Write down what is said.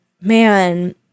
man